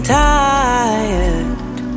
tired